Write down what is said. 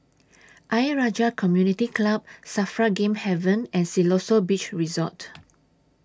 Ayer Rajah Community Club SAFRA Game Haven and Siloso Beach Resort